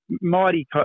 mighty